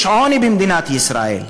יש עוני במדינת ישראל,